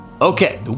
okay